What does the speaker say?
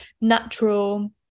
natural